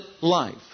life